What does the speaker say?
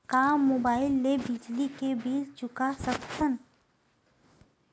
का मुबाइल ले बिजली के बिल चुका सकथव?